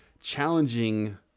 challenging